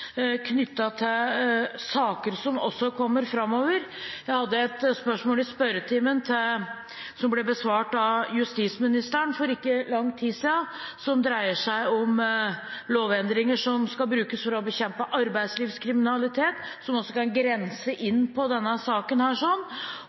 til saker som også kommer framover. Jeg hadde et spørsmål i spørretimen som ble besvart av justisministeren for ikke lang tid siden, som dreier seg om lovendringer som skal brukes til å bekjempe arbeidslivskriminalitet, som også kan grense